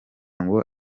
ngo